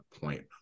point